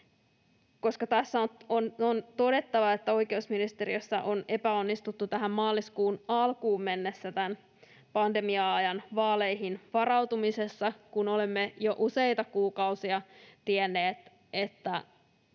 On todettava, että oikeusministeriössä on epäonnistuttu tähän maaliskuun alkuun mennessä tämän pandemia-ajan vaaleihin varautumisessa, kun olemme jo useita kuukausia tienneet, että